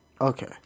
Okay